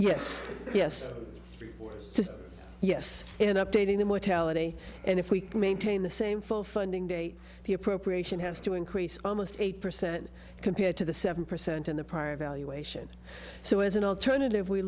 yes yes yes in updating the mortality and if we maintain the same full funding date the appropriation has to increase almost eight percent compared to the seven percent in the prior evaluation so as an alternative we